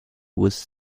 was